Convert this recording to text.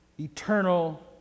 eternal